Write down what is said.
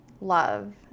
love